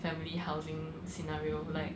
family housing scenario like